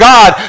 God